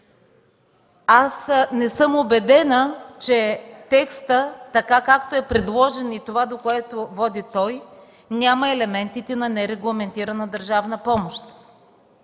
Аз не съм убедена, че текстът, така както е предложен и това, до което води той, няма елементите на нерегламентирана държавна помощ.